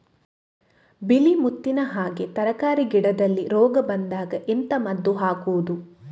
ಬಿಳಿ ಮುತ್ತಿನ ಹಾಗೆ ತರ್ಕಾರಿ ಗಿಡದಲ್ಲಿ ರೋಗ ಬಂದಾಗ ಎಂತ ಮದ್ದು ಹಾಕುವುದು?